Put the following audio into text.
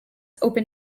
open